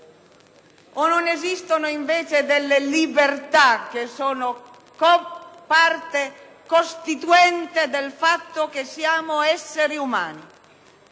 O non esistono invece delle libertà che sono parte costituente del fatto che siamo esseri umani